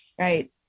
Right